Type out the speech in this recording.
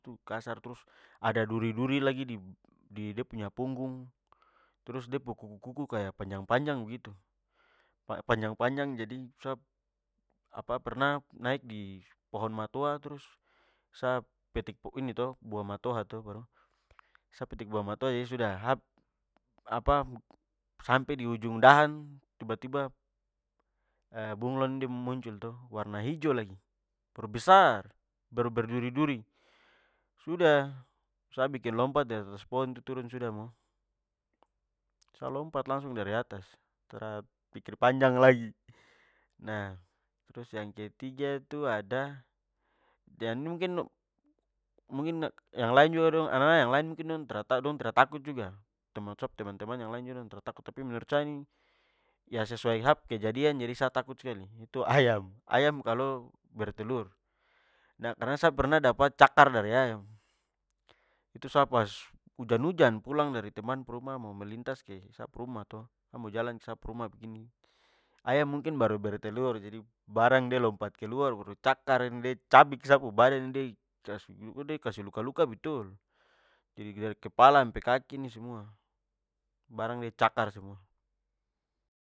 Tu kasar trus ada duri-duri lagi di de punya punggung, trus de pu kuku-kuku kaya panjang-panjang begitu. Panjang-panjang jadi, sa apa pernah naik di pohon matoa trus sa petik ini to buah matoa to baru sa petik buah matoa jadi sudah sa apa sampe di ujung dahan tiba-tiba bunglon ini de muncul to warna hijau lagi, baru besar, baru berduri-duri. Sudah, sa bikin lompat dari atas pohon itu turun sudah mo! Sa lompat langsung dari atas. Tra pikir panjang lagi. nah, trus yang ketiga itu ada, yang lain juga dong anana yang lain mungkin dong tra tau dong tra takut- juga. Termasuk sa pu teman-teman yang lain juga dong tra takut. Tapi menurut sa ini ya sesuai sa pu kejadian jadi sa takut skali. Itu ayam! Ayam kalo bertelur. Nah karna sa pernah dapat cakar dari ayam. Itu sa pas ujan-ujan pulang dari teman pu rumah mo melintas ke sa pu rumah to, sa mo jalan ke sa pu rumah begini, ayam mungkin baru bertelur jadi barang de lompat keluar baru cakar ini, de cabik sa pu badan ini, de kasih luka-luka betul. Jadi dari kepala sampe kaki ini semua, barang de cakar semua.